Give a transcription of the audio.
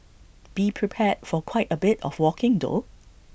be prepared for quite A bit of walking though